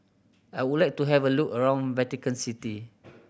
I would like to have a look around Vatican City